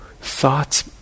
thoughts